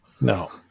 No